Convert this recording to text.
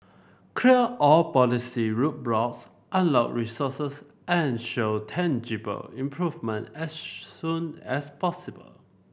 clear all policy roadblocks unlock resources and show tangible improvement as soon as possible